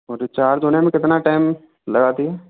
और जो चार्ज होने में कितना टाइम लगाती है